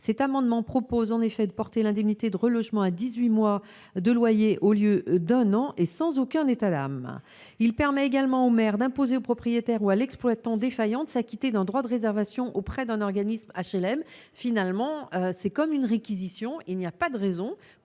souhaitons en effet porter l'indemnité de relogement à dix-huit mois de loyer au lieu d'un an, et ce sans aucun état d'âme. Cet amendement vise également à permettre aux maires d'imposer au propriétaire ou à l'exploitant défaillant de s'acquitter d'un droit de réservation auprès d'un organisme d'HLM. Finalement, c'est comme une réquisition. Il n'y a pas de raison